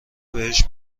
بهش